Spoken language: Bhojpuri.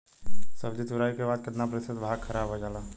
सब्जी तुराई के बाद केतना प्रतिशत भाग खराब हो जाला?